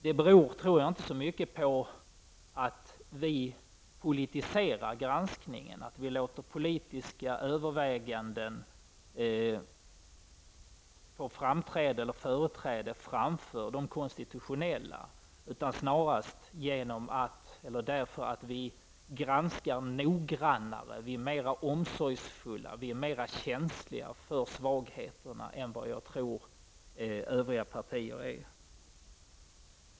Jag tror inte att det så mycket beror på att vi politiserar granskningen, att vi låter politiska överväganden få företräde framför de konstitutionella, utan snarast på att vi granskar noggrannare och att vi är mer omsorgsfulla och mer känsliga för svagheterna än vad jag tror att övriga partier är.